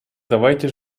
давайте